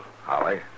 Holly